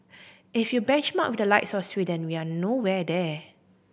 if you benchmark the likes of Sweden young nowhere there